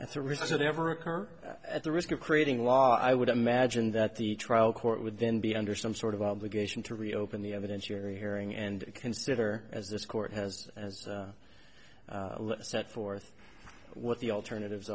that's a risk that ever occur at the risk of creating law i would imagine that the trial court would then be under some sort of obligation to reopen the evidence you're hearing and consider as this court has as set forth what the alternatives